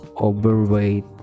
overweight